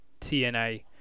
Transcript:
TNA